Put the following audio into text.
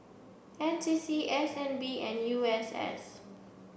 N C C S N B and U S S